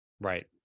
Right